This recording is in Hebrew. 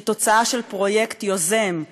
שהיא תוצאה של פרויקט יוזם,